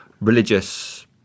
religious